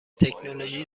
تکنولوژی